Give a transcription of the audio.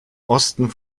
osten